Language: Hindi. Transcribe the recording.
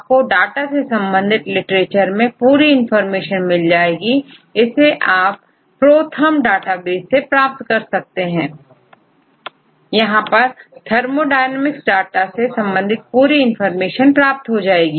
आपको डाटा से संबंधित लिटरेचर में पूरी इंफॉर्मेशन मिल जाएगी इसे आपProThem डेटाबेस से प्राप्त कर सकते हैं यहां पर थर्मोडायनेमिक्स डाटा से संबंधित पूरी इंफॉर्मेशन प्राप्त हो जाती है